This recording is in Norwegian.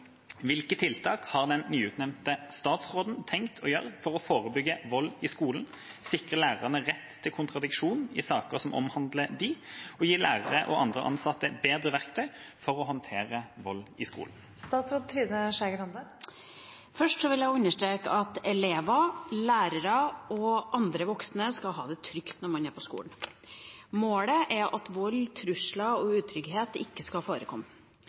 Hvilke tiltak har den nyutnevnte statsråden tenkt å gjøre for å forebygge vold i skolen, sikre lærerne rett til kontradiksjon i saker som omhandler dem, og gi lærere og andre ansatte bedre verktøy for å håndtere vold i skolen?» Først vil jeg understreke at elever, lærere og andre voksne skal ha det trygt når de er på skolen. Målet er at vold, trusler og utrygghet ikke skal forekomme.